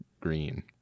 green